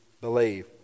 believe